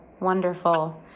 wonderful